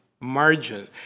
margin